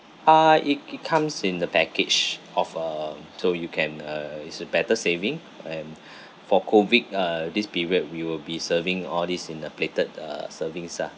ah it it comes in the package of um so you can uh is a better saving and for COVID uh this period we will be serving all these in a plated uh servings ah